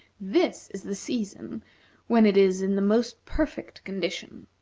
this is the season when it is in the most perfect condition.